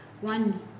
one